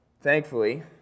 Thankfully